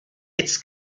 its